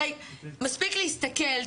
הרי מספיק להסתכל,